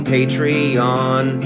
Patreon